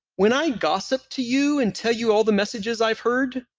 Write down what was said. when i gossip to you and tell you all the messages i've heard,